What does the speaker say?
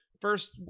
first